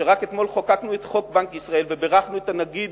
ורק אתמול חוקקנו את חוק בנק ישראל ובירכנו את הנגיד